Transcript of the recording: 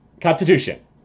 Constitution